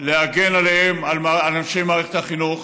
להגן עליהם, על אנשי מערכת החינוך.